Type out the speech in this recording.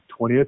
20th